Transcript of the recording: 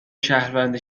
شهروند